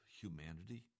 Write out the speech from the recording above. humanity